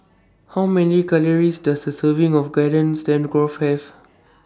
How Many Calories Does A Serving of Garden Stroganoff Have